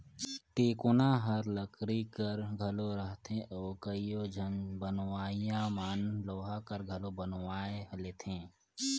टेकोना हर लकरी कर घलो रहथे अउ कइयो झन बनवइया मन लोहा कर घलो बनवाए लेथे